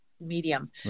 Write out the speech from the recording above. medium